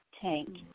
tank